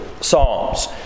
psalms